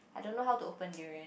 I don't know how to open durian